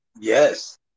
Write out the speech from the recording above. yes